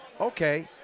okay